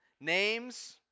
Names